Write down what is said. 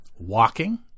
walking